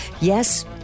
yes